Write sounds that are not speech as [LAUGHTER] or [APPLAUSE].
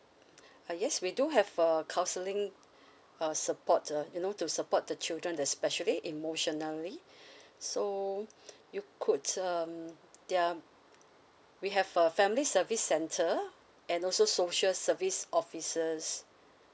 [BREATH] uh yes we do have a counselling uh support uh you know to support the children especially emotionally [BREATH] so [BREATH] you could um there're um we have a family service centre and also social service offices